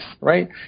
right